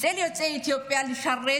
אצל יוצאי אתיופיה לשרת